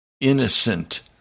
innocent